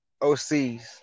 OCS